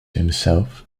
himself